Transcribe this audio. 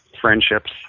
friendships